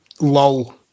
lol